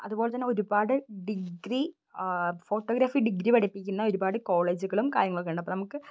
അതുപോലെ തന്നെ ഒരുപാട് ഡിഗ്രി ഫോട്ടോഗ്രാഫി ഡിഗ്രി പഠിപ്പിക്കുന്ന ഒരുപാട് കോളേജുകളും കാര്യങ്ങളുമൊക്കെയുണ്ട് അപ്പോള് നമുക്ക്